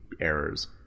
errors